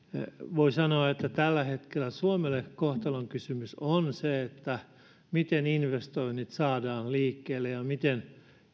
voi sanoa että tällä hetkellä suomelle kohtalon kysymys on se miten investoinnit saadaan liikkeelle ja miten